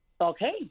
Okay